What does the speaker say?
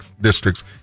districts